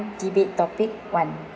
debate topic one